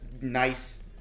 nice